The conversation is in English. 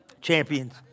Champions